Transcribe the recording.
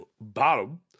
bottom